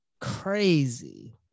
Crazy